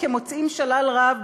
כמוצאים שלל רב,